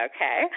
Okay